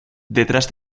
detrás